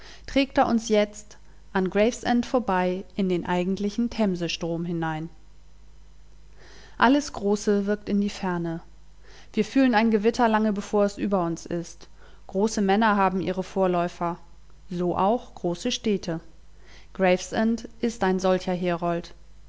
trägt er uns jetzt an gravesend vorbei in den eigentlichen themsestrom hinein alles große wirkt in die ferne wir fühlen ein gewitter lange bevor es über uns ist große männer haben ihre vorläufer so auch große städte gravesend ist ein solcher herold